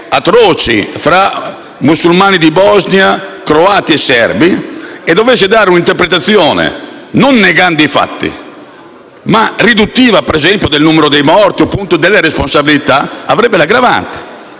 atroci fra musulmani di Bosnia, croati e serbi, e dovesse dare un'interpretazione non tanto negando i fatti ma riduttiva, per esempio, del numero dei morti o delle responsabilità, scatterebbe l'aggravante.